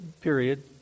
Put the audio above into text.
Period